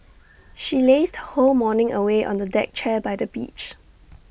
she lazed her whole morning away on A deck chair by the beach